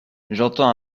j’entends